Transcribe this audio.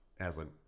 Aslan